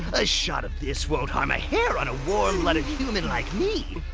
a shot of this won't harm a hair on a warm-blooded human like me.